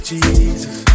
Jesus